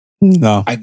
No